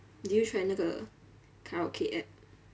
did you try 那个 karaoke app